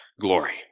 glory